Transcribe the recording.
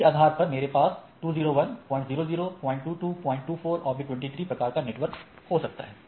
इसी आधार पर मेरे पास 201002224 23 प्रकार एक नेटवर्क हो सकता है